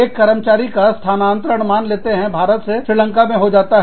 एक कर्मचारी का स्थानांतरण मान लेते हैं भारत से श्रीलंका में हो जाता है